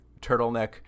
turtleneck